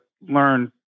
learn